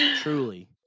Truly